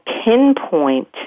pinpoint